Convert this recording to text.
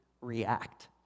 react